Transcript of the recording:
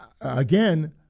again